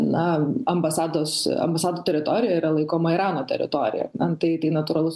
na ambasados ambasadų teritorija yra laikoma irano teritorija an tai tai natūralus